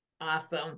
Awesome